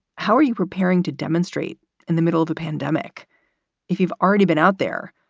how are you preparing to demonstrate in the middle of a pandemic if you've already been out there?